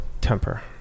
temper